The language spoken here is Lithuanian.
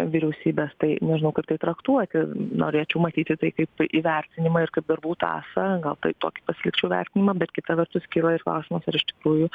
vyriausybės tai nežinau kaip tai traktuoti norėčiau matyti tai kaip įvertinimą ir kaip darbų tąsą na tai tokį pasilikčiau vertinimą bet kita vertus kyla ir klausimas ar iš tikrųjų